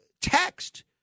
text